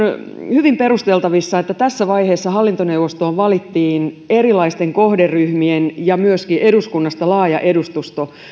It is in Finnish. hyvin perusteltavissa että tässä vaiheessa hallintoneuvostoon valittiin erilaisista kohderyhmistä ja myöskin eduskunnasta laaja edustusto